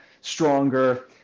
stronger